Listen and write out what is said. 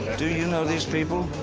do you know these people?